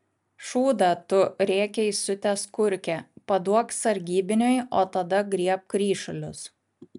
šūdą tu rėkia įsiutęs kurkė paduok sargybiniui o tada griebk ryšulius